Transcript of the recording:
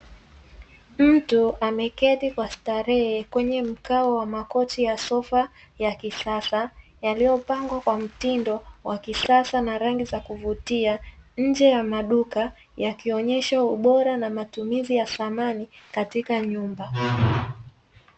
Mtu ameketi kwa starehe kwenye mkao wa makochi ya sofa ya kisasa yaliyopangwa kwa mtindo wa kisasa na rangi za kuvutia nje ya maduka, yakionyesha ubora na matumizi ya samani katika nyumba.